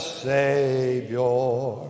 savior